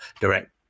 direct